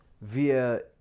via